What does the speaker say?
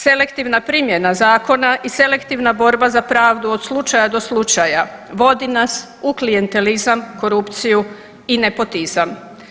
Selektivna primjena zakona i selektivna borba za pravdu od slučaja do slučaja vodi nas u klijentelizam, korupciju i nepotizam.